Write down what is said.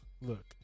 Look